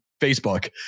Facebook